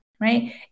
right